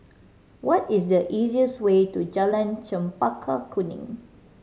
what is the easiest way to Jalan Chempaka Kuning